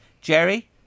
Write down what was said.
Jerry